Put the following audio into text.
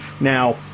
Now